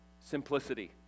simplicity